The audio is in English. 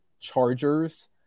Chargers